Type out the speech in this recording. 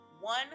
one